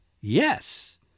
Yes